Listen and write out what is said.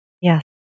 yes